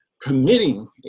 permitting